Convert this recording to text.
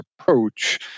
approach